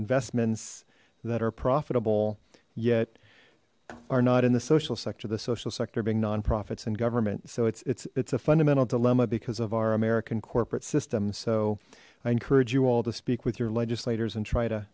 investments that are profitable yet are not in the social sector the social sector being nonprofits and government so it's it's it's a fundamental dilemma because of our american corporate system so i encourage you all to speak with your legislators and try to